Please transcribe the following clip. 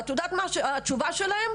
את יודעת מהי התשובה שלהם?